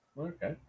okay